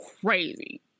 crazy